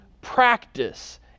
practice